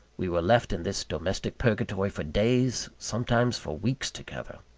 we were left in this domestic purgatory for days, sometimes for weeks together.